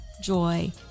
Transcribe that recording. joy